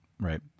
Right